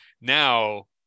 now